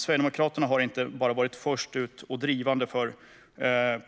Sverigedemokraterna har inte bara varit först ut och drivande för